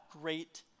great